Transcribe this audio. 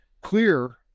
clear